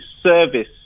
service